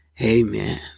Amen